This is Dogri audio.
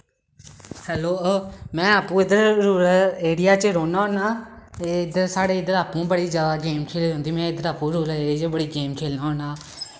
हैलो में आपूं इद्धर रूरल एरिया च रौह्ना होन्ना ते इद्धर साढ़े इद्धर आपूं बड़ी ज्यादा गेम्स खेली जंदी में इद्धर आपूं रोज जाई जाई बड़ी गेम खेलना होन्ना